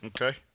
Okay